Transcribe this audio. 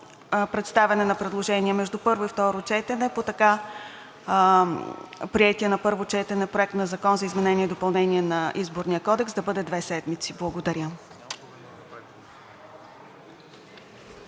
представяне на предложения между първо и второ четене по така приетия на първо четене Проект на закон за изменение и допълнение на Изборния кодекс да бъде две седмици. Благодаря